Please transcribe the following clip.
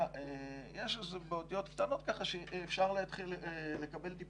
מדינת ישראל, נותן דרך אגף שיקום לנכי צה"ל זה